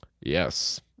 Yes